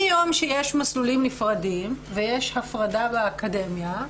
מיום שיש מסלולים נפרדים ויש הפרדה באקדמיה,